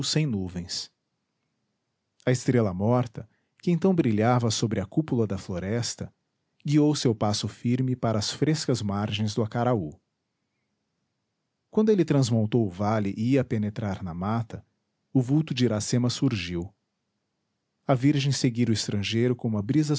sem nuvens a estrela morta que então brilhava sobre a cúpula da floresta guiou seu passo firme para as frescas margens do acaraú quando ele transmontou o vale e ia penetrar na mata o vulto de iracema surgiu a virgem seguira o estrangeiro como a brisa